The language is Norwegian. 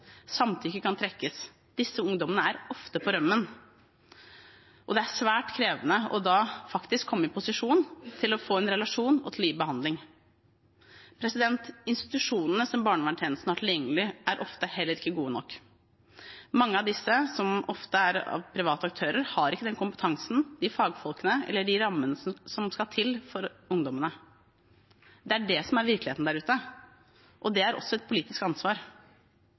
Samtykke kan trekkes. Disse ungdommene er ofte på rømmen, og det er svært krevende da faktisk å komme i posisjon til å få en relasjon og til å gi behandling. Institusjonene som barnevernstjenestene har tilgjengelig, er ofte heller ikke gode nok. Mange av disse, som ofte er private aktører, har ikke den kompetansen, de fagfolkene eller de rammene som skal til for ungdommene. Det er det som er virkeligheten der ute, og det er også et politisk ansvar.